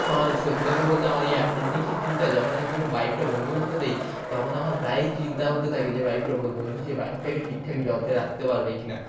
আমার সত্যি কথা বলতে আমার এই একটা জিনিসই চিন্তা যখন আমি কোনো বাইকটা বন্ধুর হাতে দিই তখন আমার প্রায়ই চিন্তা হতে থাকে যে বাইকটার ওপর বন্ধু সেই বাইকটাকে ঠিকঠাক যত্নে রাখতে পারবে কিনা